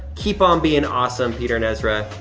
keep on bein' awesome. peter and ezra,